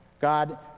God